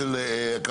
יש שיח,